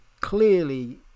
clearly